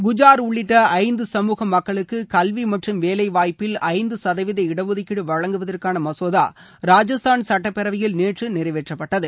குஜ்ஜார் உள்ளிட்ட ஐந்து சமுக மக்களுக்கு கல்வி மற்றும் வேலைவாய்ப்பில் ஐந்து சதவித இடஒதுக்கீடு வழங்குவதற்கான மசோதா ராஜஸ்தான் சுட்டப்பேரவையில் நேற்று நிறைவேற்றப்பட்டது